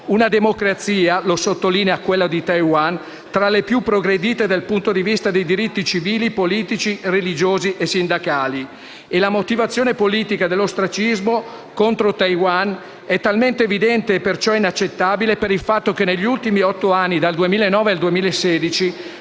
Una democrazia - lo sottolineo - tra le più progredite dal punto di vista dei diritti civili, politici, religiosi e sindacali. E la motivazione politica dell'ostracismo contro Taiwan è talmente evidente - e perciò inaccettabile - per il fatto che negli ultimi otto anni, dal 2009 al 2016,